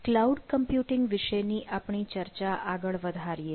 cloud computing વિષેની આપણી ચર્ચા આગળ વધારીએ